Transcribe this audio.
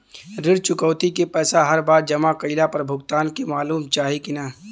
ऋण चुकौती के पैसा हर बार जमा कईला पर भुगतान के मालूम चाही की ना?